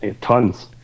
Tons